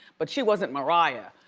but she wasn't mariah.